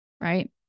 right